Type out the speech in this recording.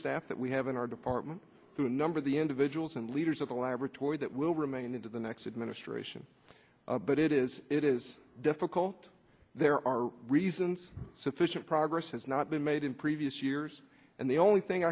staff that we have in our department through a number of the individuals and leaders of the laboratory that will remain into the next administration but it is it is difficult there are reasons sufficient progress has not been made in previous years and the only thing